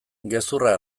gezurra